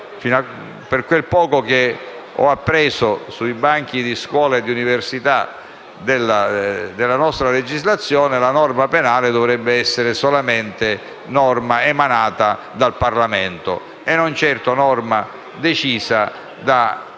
per quel poco che ho appreso sui banchi di scuola e di università, nella nostra legislazione una norma penale dovrebbe essere solo norma emanata dal Parlamento e non certo norma decisa da enti